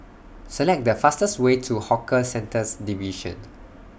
Select The fastest Way to Hawker Centres Division